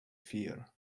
fear